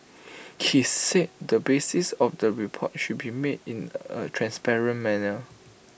he said the basis of the report should be made in A transparent manner